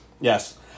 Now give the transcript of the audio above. Yes